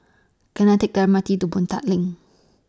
Can I Take The M R T to Boon Tat LINK